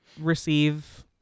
receive